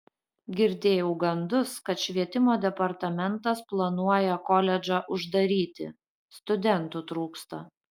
girdėjau gandus kad švietimo departamentas planuoja koledžą uždaryti studentų trūksta